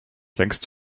längst